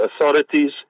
authorities